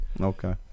Okay